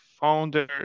founder